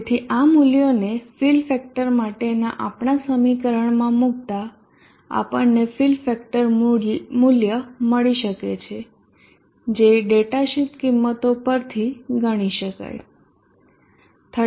તેથી આ મૂલ્યોને ફીલ ફેક્ટર માટેનાં આપણા સમીકરણમાં મુકતા આપણને ફીલ ફેક્ટર મૂલ્ય મળી શકે છે જે ડેટા શીટ કિંમતો પર થી ગણી શકાય 30